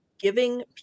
giving